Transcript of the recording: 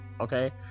Okay